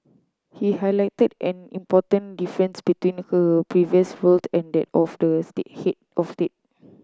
he highlighted an important difference between her previous role and that of head of day